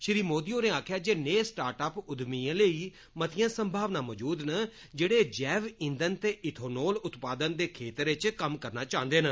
श्री मोदी होरें आक्खेआ जे नेह् स्टार्ट अप उद्यमिएं लेई मतियां संभावनां मौजूद न जेह्ड़े जैव ईदन ते इथोनोल उत्पादन दे खेतर इच कम्म करन चांह्दे न